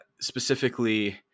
specifically